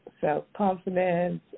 self-confidence